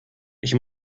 ich